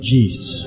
Jesus